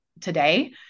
today